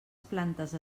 plantes